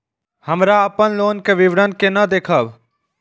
हमरा अपन लोन के विवरण केना देखब?